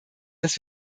dass